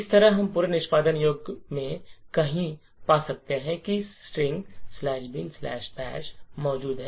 इसी तरह हम पूरे निष्पादन योग्य में कहीं पा सकते हैं जहाँ string bin bash string "binbash" मौजूद है